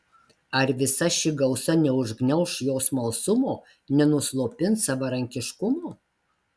ar visa ši gausa neužgniauš jo smalsumo nenuslopins savarankiškumo